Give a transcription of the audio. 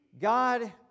God